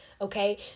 okay